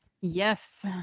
Yes